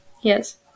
Yes